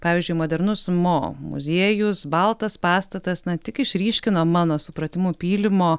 pavyzdžiui modernus mo muziejus baltas pastatas na tik išryškino mano supratimu pylimo